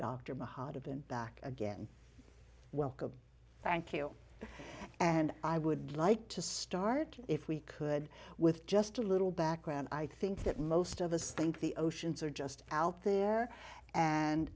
mahadevan back again welcome thank you and i would like to start if we could with just a little background i think that most of us think the oceans are just out there and